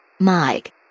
Mike